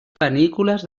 panícules